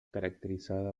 caracterizada